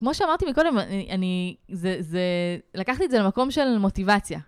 כמו שאמרתי מקודם, אני זה זה לקחתי את זה למקום של א... מוטיבציה.